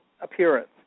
appearance